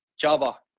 Java